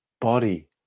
body